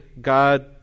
God